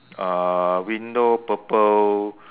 uh window purple